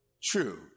true